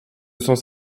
sens